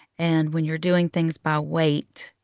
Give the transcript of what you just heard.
and when you're doing things by weight,